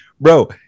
Bro